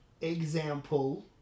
example